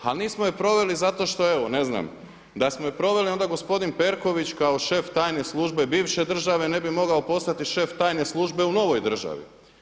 Ali nismo je proveli zato što evo, ne znam, da smo je proveli onda gospodin Perković kao šef tajne službe bivše države ne bi mogao postati šef tajne službe u novoj državi.